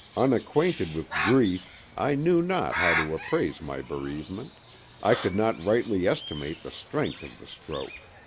unacquainted with grief, i knew not how to appraise my bereavement i could not rightly estimate the strength of the stroke.